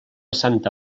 santa